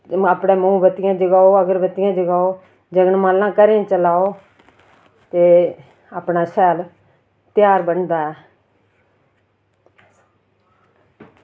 अपने मोमबत्तियां जगाओ अगरबत्तियां जगाओ जगनमालां घरै च लाओ ते अपना शैल ध्यार बनदा ऐ